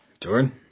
Jordan